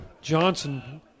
Johnson